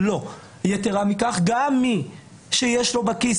יתרה מכך, גם מי שיש לו בכיס.